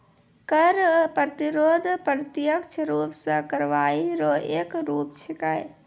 कर प्रतिरोध प्रत्यक्ष रूप सं कार्रवाई रो एक रूप छिकै